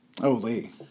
Holy